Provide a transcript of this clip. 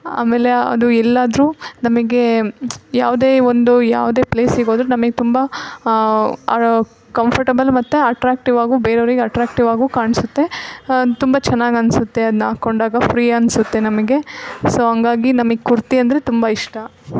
ಆಮೇಲೆ ಅದು ಎಲ್ಲಾದರೂ ನಮಗೆ ಯಾವುದೇ ಒಂದು ಯಾವುದೇ ಪ್ಲೇಸಿಗೆ ಹೋದ್ರು ನಮಗೆ ತುಂಬ ಕಂಫರ್ಟಬಲ್ ಮತ್ತು ಅಟ್ಟ್ರಾಕ್ಟಿವ್ ಆಗೂ ಬೇರೆವ್ರಿಗೆ ಅಟ್ಟ್ರಾಕ್ಟಿವ್ ಆಗೂ ಕಾಣಿಸುತ್ತೆ ತುಂಬ ಚೆನ್ನಾಗಿ ಅನಿಸುತ್ತೆ ಅದ್ನ ಹಾಕೊಂಡಾಗ ಫ್ರೀ ಅನಿಸುತ್ತೆ ನಮಗೆ ಸೊ ಹಂಗಾಗಿ ನಮಗೆ ಕುರ್ತಿ ಅಂದರೆ ತುಂಬ ಇಷ್ಟ